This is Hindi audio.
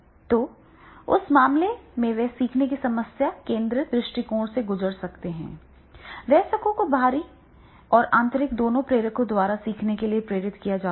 तो उस मामले में वे सीखने की समस्या केंद्रित दृष्टिकोण से गुजर सकते हैं वयस्कों को बाहरी और आंतरिक दोनों प्रेरकों द्वारा सीखने के लिए प्रेरित किया जाता है